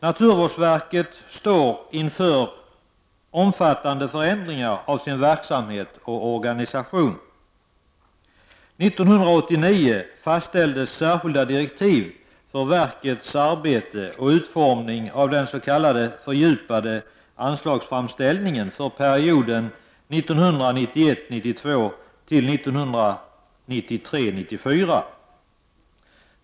Naturvårdsverket står inför omfattande förändringar av sin verksamhet och organisation. År 1989 fastställdes särskilda direktiv för verkets arbete och för utformning av den s.k. fördjupade anslagsframställningen för perioden 1991 94.